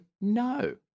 No